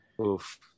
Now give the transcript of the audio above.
Oof